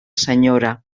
senyora